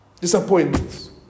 disappointments